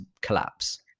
collapse